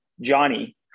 Johnny